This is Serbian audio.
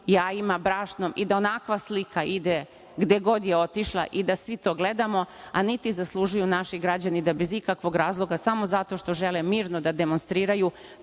jajima i brašnom i da onakva slika ide, gde god je otišla, i da svi to gledamo, niti zaslužuju naši građani da bez ikakvog razloga, samo zato što žele mirno da demonstriraju,